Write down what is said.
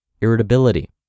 irritability